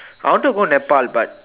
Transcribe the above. I want to go Nepal but